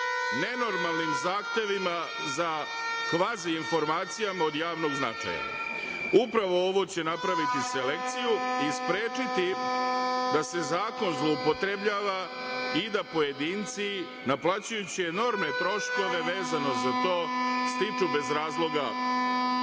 nenormalnim zahtevima za kvazi informacijama od javnog značaja. Upravo ovo će napraviti selekciju i sprečiti da se zakon zloupotrebljava i da pojedinci naplaćujući enormne troškove vezano za to stiču bez razloga